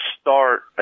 start